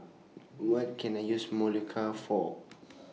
What Can I use Molicare For